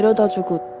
that you could